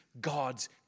God's